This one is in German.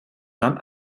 dann